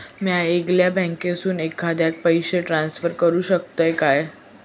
म्या येगल्या बँकेसून एखाद्याक पयशे ट्रान्सफर करू शकतय काय?